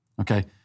Okay